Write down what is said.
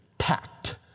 packed